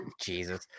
Jesus